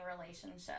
relationship